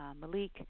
Malik